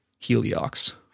heliox